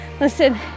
Listen